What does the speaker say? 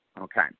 Okay